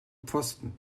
pfosten